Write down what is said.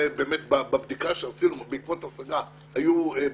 בבדיקה שעשינו בעקבות השגה הדברים היו בוטים,